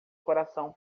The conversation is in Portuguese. coração